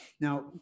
Now